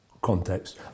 context